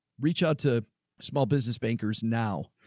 reach out to small business bankers. now,